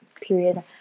period